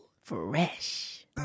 Fresh